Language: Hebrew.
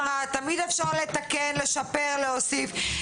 כמו שאירית אמרה, תמיד אפשר לתקן, לשפר, להוסיף.